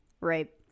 Right